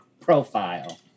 profile